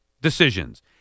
decisions